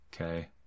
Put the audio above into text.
Okay